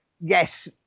yes